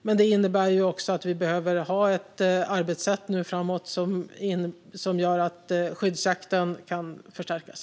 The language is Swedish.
Men det innebär också att vi behöver ha ett arbetssätt framöver som gör att skyddsjakten kan förstärkas.